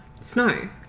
snow